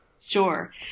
Sure